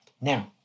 Now